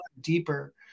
deeper